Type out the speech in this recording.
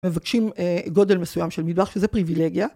מבקשים גודל מסוים של מטבח שזה פריבילגיה.